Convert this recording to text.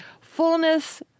fullness